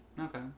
Okay